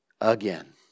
again